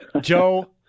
Joe